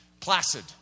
Placid